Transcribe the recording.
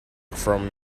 from